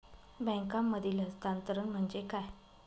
बँकांमधील हस्तांतरण म्हणजे काय?